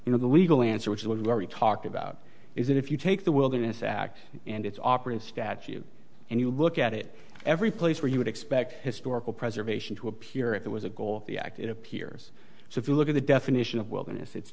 you know the legal answer which is where we talk about is that if you take the wilderness act and it's operate stats you and you look at it every place where you would expect historical preservation to appear if it was a goal the act it appears so if you look at the definition of wilderness it's